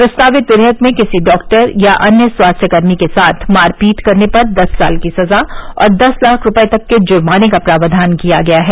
प्रस्तावित विवेयक में किसी डॉक्टर या अन्य स्वास्थ्य कर्मी के साथ मारपीट करने पर दस साल की सजा और दस लाख रुपये तक के जुर्मने का प्रावधान किया गया है